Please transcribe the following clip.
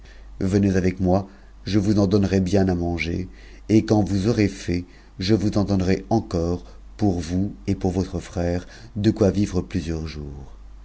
venez avec m je vous en donnerai bien à manger et quand vous aurez fait je ousen donnerai encore pour vous et pour votre frère de quoi vivre plusieurs jours